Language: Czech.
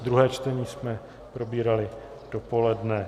Druhé čtení jsme probírali dopoledne.